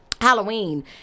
Halloween